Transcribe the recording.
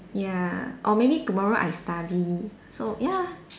ya or maybe tomorrow I study so ya